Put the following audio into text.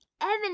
Evan